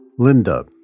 Linda